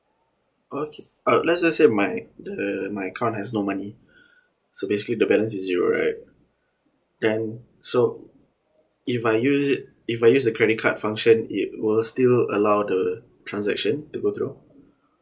okay uh let's just say my the my account has no money so basically the balance is zero right then so if I use it if I use the credit card function it will still allow the transaction to go through